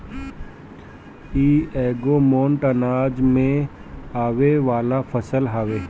इ एगो मोट अनाज में आवे वाला फसल हवे